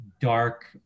dark